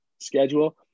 schedule